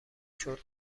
شرت